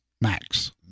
Max